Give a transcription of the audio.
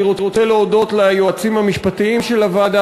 אני רוצה להודות ליועצים המשפטיים של הוועדה